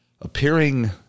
appearing